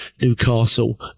Newcastle